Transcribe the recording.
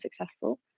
successful